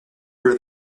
her